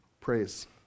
praise